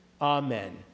Amen